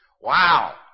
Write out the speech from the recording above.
Wow